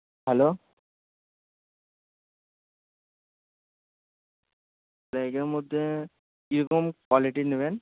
hello ব্যাগের মধ্যে কীরকম কোয়ালিটির নেবেন